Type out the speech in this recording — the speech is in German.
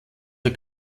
der